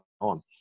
on